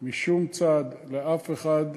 משום צד לאף אחד,